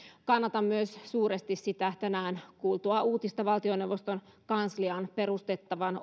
kannatan myös suuresti sitä tänään uutisissa kuultua valtioneuvoston kansliaan perustettavaa